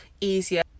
easier